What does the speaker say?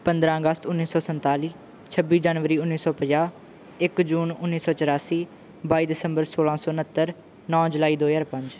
ਪੰਦਰ੍ਹਾਂ ਅਗਸਤ ਉੱਨੀ ਸੌ ਸੰਤਾਲੀ ਛੱਬੀ ਜਨਵਰੀ ਉੱਨੀ ਸੌ ਪੰਜਾਹ ਇੱਕ ਜੂਨ ਉੱਨੀ ਸੌ ਚੁਰਾਸੀ ਬਾਈ ਦਸੰਬਰ ਸੋਲ੍ਹਾਂ ਸੌ ਉਣਹੱਤਰ ਨੌ ਜੁਲਾਈ ਦੋ ਹਜ਼ਾਰ ਪੰਜ